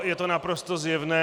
Je to naprosto zjevné.